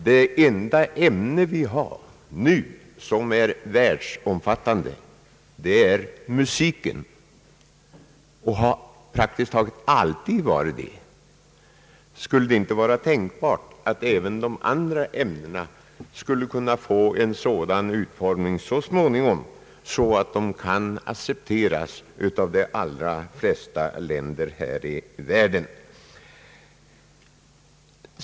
Det enda ämne som är världsomfattande av dem vi nu har är musiken, och den har praktiskt taget alltid varit det. Skulle det inte vara tänkbart att även de andra ämnena så småningom skulle kunna ges en sådan utformning att de kunde accepteras av flertalet länder här i världen?